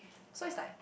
so is like